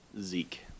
Zeke